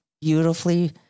beautifully